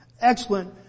Excellent